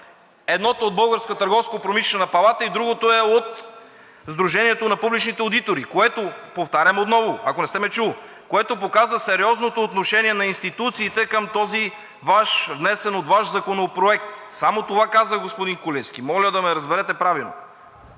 Едното е от Българската търговско-промишлена палата и другото е от Сдружението на публичните одитори, което – повтарям отново, ако не сте ме чул, показва сериозното отношение на институциите към този внесен от Вас Законопроект. Само това казах, господин Куленски, моля да ме разберете правилно.